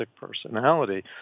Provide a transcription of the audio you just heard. personality